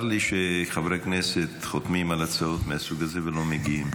צר לי שחברי כנסת חותמים על הצעות מהסוג הזה ולא מגיעים.